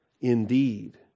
indeed